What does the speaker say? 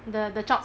the the chop